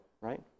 right